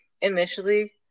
initially